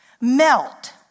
melt